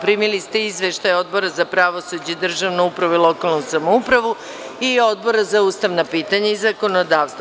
Primili ste izveštaj Odbora za pravosuđe, državnu upravu i lokalnu samoupravu i Odbora za ustavna pitanja i zakonodavstvo.